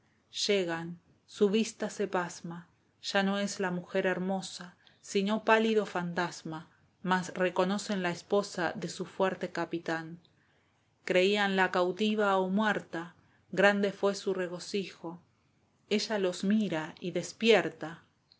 llegan su vista se pasma ya no es la mujer hermosa sino pálido fantasma mas reconocen la esposa de su fuerte capitán creianla cautiva o muerta grande fué su regocijo ella los mira y despierta